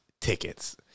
tickets